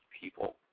people